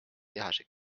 tehase